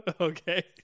Okay